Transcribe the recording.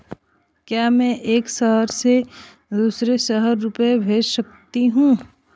क्या मैं एक शहर से दूसरे शहर रुपये भेज सकती हूँ?